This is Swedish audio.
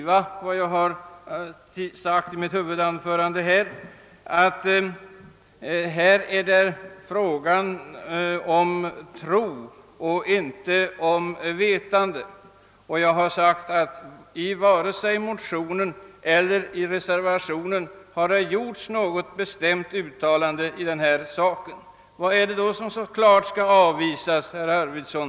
Ja, jag sade — och jag läste då från manuskript — att härvidlag är det fråga om tro och inte om vetande. Vidare framhöll jag att det varken i motionerna eller i reservationen gjorts något bestämt uttalande i denna sak. Vad är det då som klart skall avvisas, herr Arvidson?